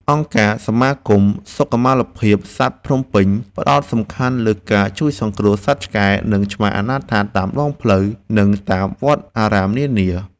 អង្គការ សមាគមសុខុមាលភាពសត្វភ្នំពេញ ផ្ដោតសំខាន់លើការជួយសង្គ្រោះសត្វឆ្កែ និងឆ្មាអនាថាតាមដងផ្លូវ និងតាមវត្តអារាមនានា។